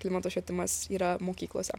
klimato švietimas yra mokyklose